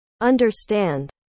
understand